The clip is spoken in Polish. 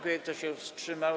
Kto się wstrzymał?